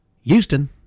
Houston